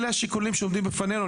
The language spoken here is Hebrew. אלו השיקולים שעומדים בפנינו,